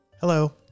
Hello